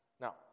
Now